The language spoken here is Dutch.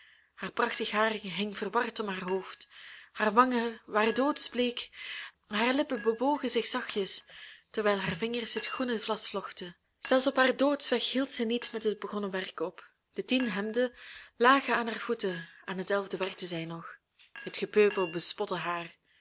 haar prachtig haar hing verward om haar hoofd haar wangen waren doodsbleek haar lippen bewogen zich zachtjes terwijl haar vingers het groene vlas vlochten zelfs op haar doodsweg hield zij niet met het begonnen werk op de tien hemden lagen aan haar voeten aan het elfde werkte zij nog het gepeupel bespotte haar